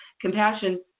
compassion